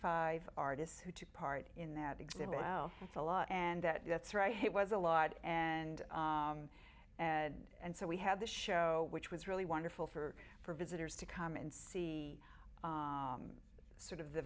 five artists who took part in that exhibit well that's a lot and that that's right it was a lot and and and so we have this show which was really wonderful for for visitors to come and see sort of the